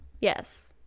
yes